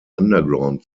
underground